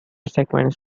segments